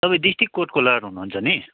तपाईँ डिस्ट्रिक्ट कोर्टको लयर हुनु हुन्छ नि